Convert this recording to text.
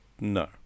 No